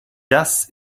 das